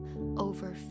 over